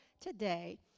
today